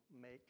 make